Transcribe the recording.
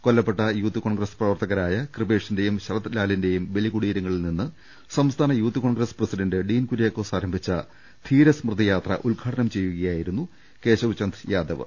കൊല്ലപ്പെട്ട Youth Congress പ്രവർത്തകരായ കൃപേ ഷിന്റെയും ശരത്ലാലിന്റെയും ബലികുടീരങ്ങളിൽ നിന്ന് സംസ്ഥാന Youth Congress president Dean Kuriakose ആരംഭിച്ച ധീരസ്മൃതിയാത്ര ഉദ്ഘാടനം ചെയ്യുകയായിരുന്നു കേശവചന്ദ് യാദവ്